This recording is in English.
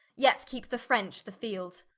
yet keepe the french the field